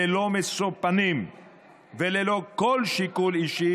ללא משוא פנים וללא כל שיקול אישי